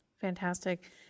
Fantastic